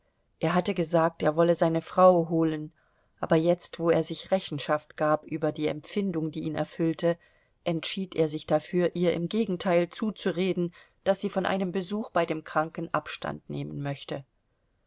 er hatte gesagt er wolle seine frau holen aber jetzt wo er sich rechenschaft gab über die empfindung die ihn erfüllte entschied er sich dafür ihr im gegenteil zuzureden daß sie von einem besuch bei dem kranken abstand nehmen möchte